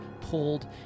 pulled